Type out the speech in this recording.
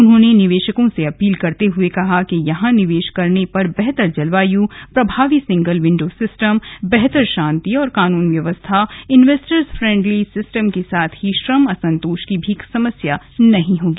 उन्होंने निवेशकों से अपील करते हुए कहा कि यहां निवेश करने पर बेहतर जलवायू प्रभावी सिंगल विंडो सिस्टम बेहतर शांति और कानून व्यवस्था इन्वेस्टर्स फ्रेंडली सिस्टम के साथ ही श्रम असंतोष की कोई समस्या नहीं होगी